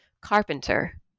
carpenter